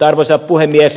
arvoisa puhemies